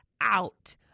out